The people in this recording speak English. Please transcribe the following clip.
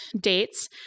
dates